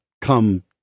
come